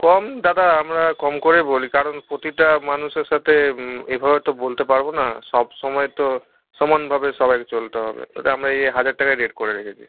কম দাদা আমরা কম করেই বলি কারণ প্রতিটা মানুষের সাথে এভাবে তো বলতে পারবো না সব সময় তো সমানভাবে সবাইরই চলতে হবে এটা আমরা এই হাজার টাকাই রেট করে রেখেছি